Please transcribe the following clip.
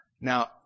Now